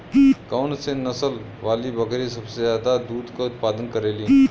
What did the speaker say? कौन से नसल वाली बकरी सबसे ज्यादा दूध क उतपादन करेली?